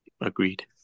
Agreed